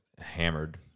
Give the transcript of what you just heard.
hammered